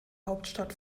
hauptstadt